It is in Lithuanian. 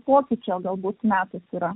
pokyčio galbūt metas yra